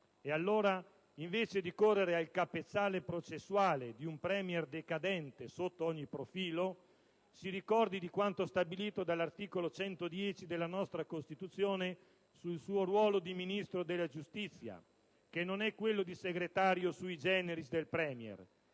Ed allora, invece di correre al capezzale processuale di un Premier decadente sotto ogni profilo, si ricordi di quanto stabilito dall'articolo 110 della nostra Costituzione sul ruolo del Ministro della giustizia, che non è quello di segretario *sui generis* del Premier.